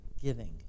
giving